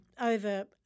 over